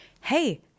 hey